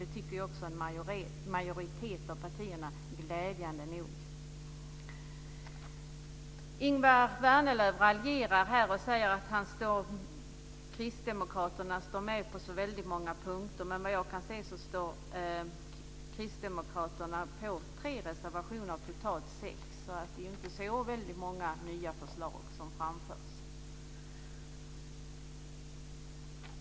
Det tycker glädjande nog också en majoritet av partierna. Ingemar Vänerlöv raljerar och säger att kristdemokraterna är med på så väldigt många punkter. Vad jag kan se är kristdemokraterna med på tre reservationer av totalt sex, så det är inte så väldigt många nya förslag som framförs.